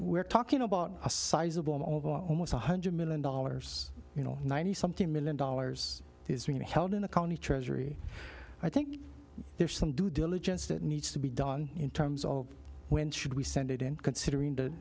we're talking about a sizable of almost one hundred million dollars you know ninety something million dollars is being held in the county treasury i think there's some due diligence that needs to be done in terms of when should we send it in considering the